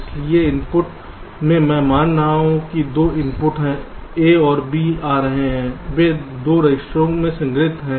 इसलिए इनपुट में मैं मान रहा हूं कि जो 2 इनपुट A और B आ रहे हैं वे 2 रजिस्टरों में संग्रहीत हैं